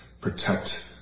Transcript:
protect